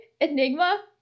Enigma